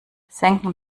senken